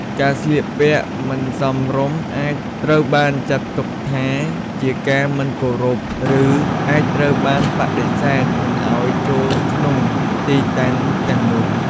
ការស្លៀកពាក់មិនសមរម្យអាចត្រូវបានចាត់ទុកថាជាការមិនគោរព ឬអាចត្រូវបានបដិសេធមិនឱ្យចូលក្នុងទីតាំងទាំងនោះ។